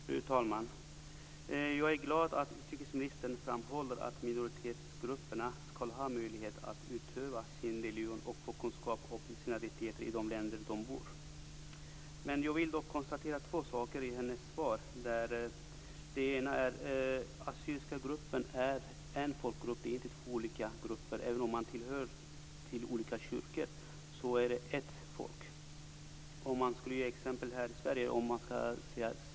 Fru talman! Jag är glad att utrikesministern framhåller att minoritetsgrupperna skall ha möjlighet att utöva sin religion och få kunskap om sina rättigheter i de länder där de bor. Jag vill dock konstatera två saker med anledning av hennes svar. Det ena är att den assyriska gruppen är en folkgrupp, inte två olika grupper. Även om man tillhör olika kyrkor så är det ett folk. Man kan ta svenska folket som exempel.